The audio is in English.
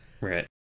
Right